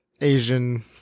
Asian